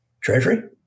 Treasury